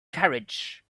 carriage